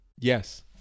Yes